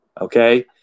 Okay